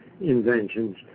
inventions